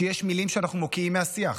שיש מילים שאנחנו מוקיעים מהשיח,